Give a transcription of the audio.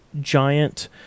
giant